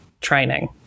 training